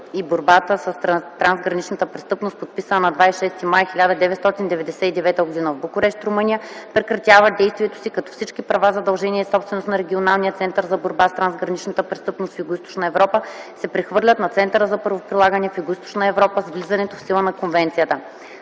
и борбата с трансграничната престъпност, подписана на 26 май 1999 г. в Букурещ, Румъния, прекратява действието си, като всички права, задължения и собственост на Регионалния център за борба с трансграничната престъпност в Югоизточна Европа се прехвърлят на Центъра за правоприлагане в Югоизточна Европа, с влизането в сила на конвенцията.